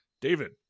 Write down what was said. David